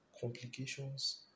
complications